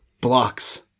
blocks